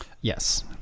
Yes